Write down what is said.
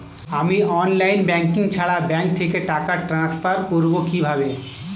আমি online banking ছাড়া bank থেকে টাকা ট্রান্সফার করবো কিভাবে?